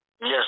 Yes